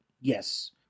Yes